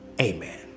Amen